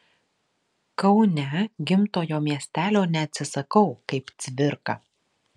kaune gimtojo miestelio neatsisakau kaip cvirka